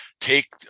Take